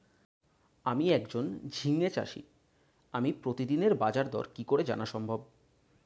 আমি একজন ঝিঙে চাষী আমি প্রতিদিনের বাজারদর কি করে জানা সম্ভব?